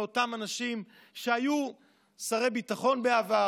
מאותם אנשים שהיו שרי ביטחון בעבר,